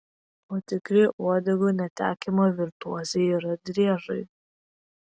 o tikri uodegų netekimo virtuozai yra driežai